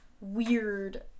weird